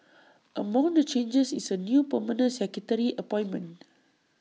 among the changes is A new permanent secretary appointment